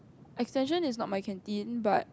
extension is not my canteen but